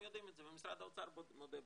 יודעים את זה ומשרד האוצר מודה בזה.